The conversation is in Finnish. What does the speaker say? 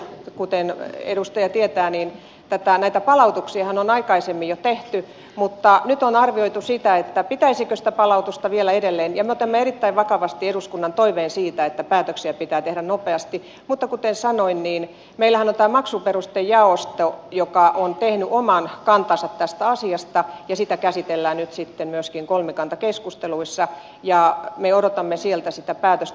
kuten edustaja tietää niin näitä palautuksiahan on aikaisemmin jo tehty mutta nyt on arvioitu sitä pitäisikö sitä palauttaa vielä edelleen ja me otamme erittäin vakavasti eduskunnan toiveen siitä että päätöksiä pitää tehdä nopeasti mutta kuten sanoin meillähän on tämä maksuperustejaosto joka on esittänyt oman kantansa tästä asiasta ja sitä käsitellään nyt sitten myöskin kolmikantakeskusteluissa ja me odotamme sieltä sitä päätöstä